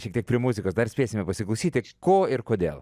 šiek tiek prie muzikos dar spėsime pasiklausyti ko ir kodėl